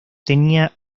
tenía